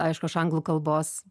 aišku aš anglų kalbos